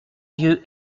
yeux